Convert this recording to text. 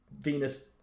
Venus